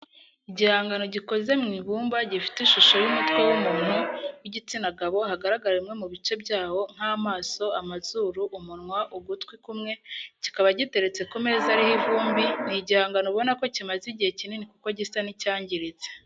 Igihangano gikoze mu ibumba gifite ishusho y'umutwe w'umuntu w'igitsina gabo hagaragara bimwe mu bice byawo nk'amaso amazuru, umunwa ugutwi kumwe kikaba giteretse ku meza ariho ivumbi ni igihangano ubona ko kimaze igihe kinini kuko gisa n'icyangiritse